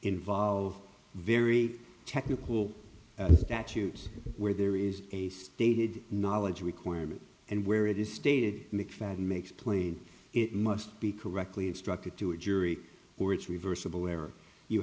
involve very technical that use where there is a stated knowledge requirement and where it is stated mcfadden makes plain it must be correctly instructed to a jury or it's reversible error you